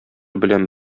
белән